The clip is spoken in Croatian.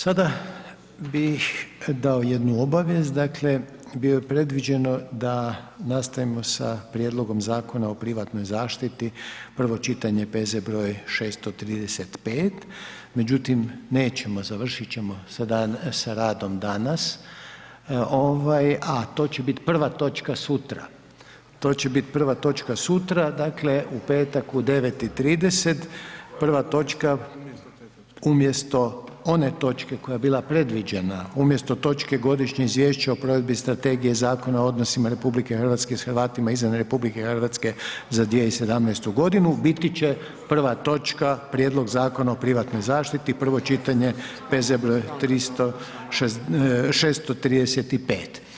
Sada bih dao jednu obavijest, dakle bilo je predviđeno da nastavimo sa Prijedlogom zakona o privatnoj zaštiti, prvo čitanje, P.Z. br. 635. međutim nećemo, završiti ćemo sa radom danas a to će biti 1. točka sutra, to će biti 1. točka sutra, dakle u petak u 9,30, 1. točka umjesto one točke koja je bila predviđena, umjesto točke Godišnje izvješće o provedbi Strategije zakona o odnosima RH s Hrvatima izvan RH za 2017. godinu biti će 1. točka Prijedlog zakona o privatnoj zaštiti, prvo čitanje, P.Z. br. 635.